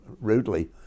rudely